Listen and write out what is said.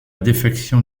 défection